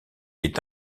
est